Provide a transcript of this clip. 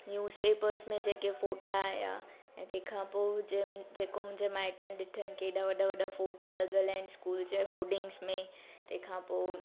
news papers में जेके फ़ोटा आया ऐं तंहिंखां पोइ जंहिं जेको मुंहिंजे माइटनि ॾिठनि की एॾा वॾा वॾा फ़ोटा लॻल आहिनि स्कूल जे होल्डिंग्स में तंहिंखां पोइ